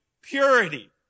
purity